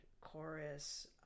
chorus